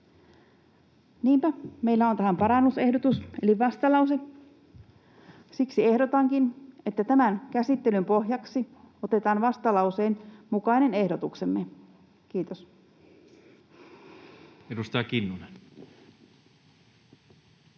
Niinpä meillä on tähän parannusehdotus eli vastalause. Siksi ehdotankin, että tämän käsittelyn pohjaksi otetaan vastalauseen mukainen ehdotuksemme. — Kiitos. [Speech